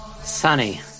Sunny